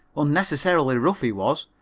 unnecessarily rough he was,